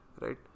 right